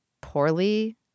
poorly